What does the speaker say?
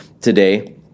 today